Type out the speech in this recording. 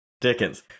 Dickens